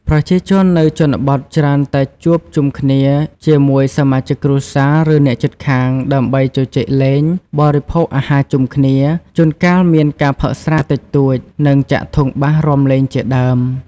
ប្រជាជននៅជនបទច្រើនតែជួបជុំគ្នាជាមួយសមាជិកគ្រួសារ ឬអ្នកជិតខាង ដើម្បីជជែកលេង បរិភោគអាហារជុំគ្នា ជួនកាលមានការផឹកស្រាតិចតួច និងចាក់ធុងបាសរាំលេងជាដើម។